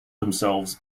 themselves